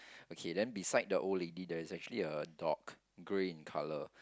okay then beside the old lady there's actually a dog grey in colour